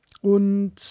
und